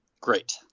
Great